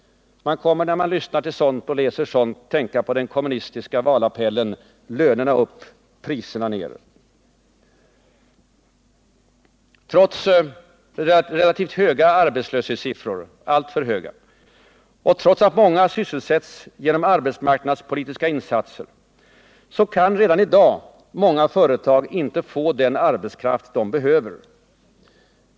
Man kommer när man läser och hör sådant att tänka på den kommunistiska valappellen Lönerna upp - priserna ner. Trots alltför höga arbetslöshetssiffror och trots att många sysselsätts genom arbetsmarknadspolitiska insatser kan redan i dag många företag inte få den arbetskraft de behöver.